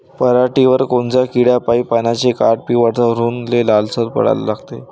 पऱ्हाटीवर कोनत्या किड्यापाई पानाचे काठं पिवळसर होऊन ते लालसर पडाले लागते?